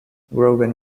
grogan